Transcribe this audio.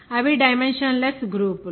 అవి dimensionless గ్రూపులు